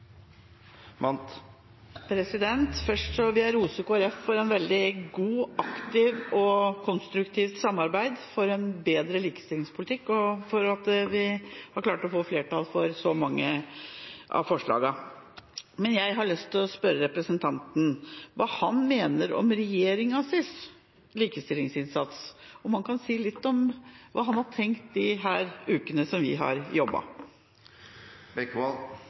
replikkordskifte. Først vil jeg rose Kristelig Folkeparti for et veldig godt, aktivt og konstruktivt samarbeid for en bedre likestillingspolitikk og for at vi har klart å få flertall for så mange av forslagene. Men jeg har lyst til å spørre representanten om hva han mener om regjeringas likestillingsinnsats, og om han kan si litt om hva han har tenkt de ukene som vi har